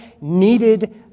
needed